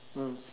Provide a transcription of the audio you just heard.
mm